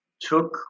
took